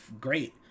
great